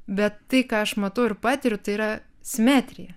bet tai ką aš matau ir patiriu tai yra simetrija